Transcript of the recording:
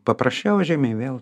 paprasčiau žymiai vėl